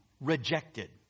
rejected